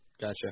Gotcha